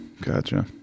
Gotcha